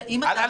על 2018?